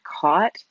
caught